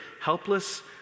helpless